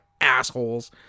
assholes